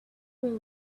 will